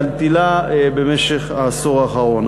על תִלה במשך העשור האחרון.